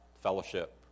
fellowship